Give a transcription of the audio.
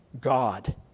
god